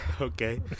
Okay